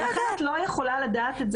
לכן את לא יכולה לדעת את זה מראש.